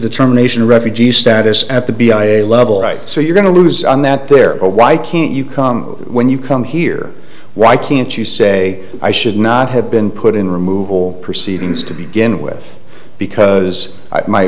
determination refugee status at the b i a level right so you're going to lose on that there are why can't you come when you come here why can't you say i should not have been put in removal proceedings to begin with because my